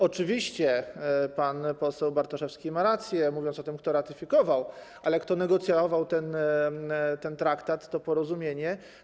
Oczywiście pan poseł Bartoszewski ma rację, mówiąc o tym, kto ratyfikował, ale kto negocjował ten traktat, to porozumienie?